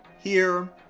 here,